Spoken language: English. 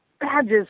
badges